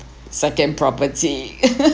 second property